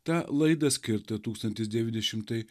tą laidą skirtą tūkstantis devyni šimtai